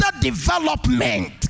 development